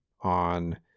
on